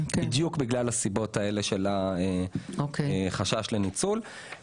בדיוק בגלל הסיבות האלה של חשש לניצול.